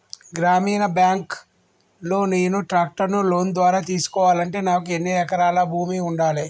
గ్రామీణ బ్యాంక్ లో నేను ట్రాక్టర్ను లోన్ ద్వారా తీసుకోవాలంటే నాకు ఎన్ని ఎకరాల భూమి ఉండాలే?